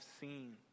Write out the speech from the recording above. seen